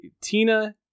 Tina